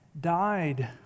died